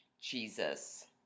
Jesus